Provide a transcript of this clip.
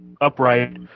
upright